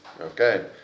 okay